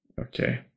Okay